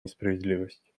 несправедливость